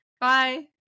Bye